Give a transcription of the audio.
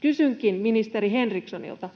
Kysynkin ministeri Henrikssonilta: